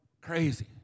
Crazy